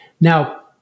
Now